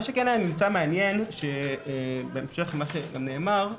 מה שכן היה ממצא מעניין בהמשך למה שגם נאמר,